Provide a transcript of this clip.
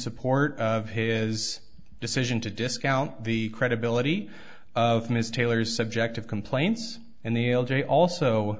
support of his decision to discount the credibility of ms taylor's subjective complaints and the elderly also